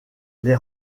les